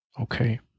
Okay